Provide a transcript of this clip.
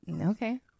Okay